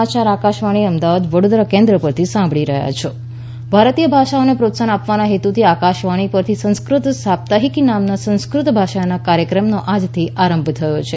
સંસ્કૃત સાપ્તાહિકી ભારતીય ભાષઓને પ્રોત્સાફન આપવાના હેતુથી આકાશવાણી પરથી સંસ્કૃત સાપ્તાહિકી નામના સંસ્કૃત ભાષાના કાર્યક્રમનો આજથી આરંભ થયો છે